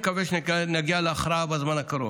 ואני מקווה שנגיע להכרעה בזמן הקרוב.